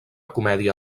comèdia